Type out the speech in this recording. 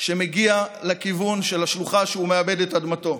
שמגיע לכיוון של השלוחה שבה הוא מעבד את אדמתו.